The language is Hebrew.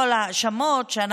כמובן, חוץ מכל ההאשמות שאנחנו